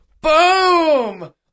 boom